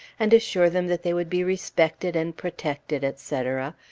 and assure them that they would be respected and protected, etc,